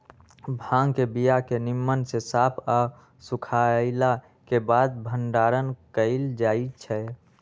भांग के बीया के निम्मन से साफ आऽ सुखएला के बाद भंडारण कएल जाइ छइ